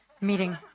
meeting